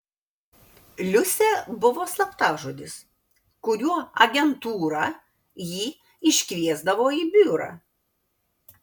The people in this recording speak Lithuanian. liusė buvo slaptažodis kuriuo agentūra jį iškviesdavo į biurą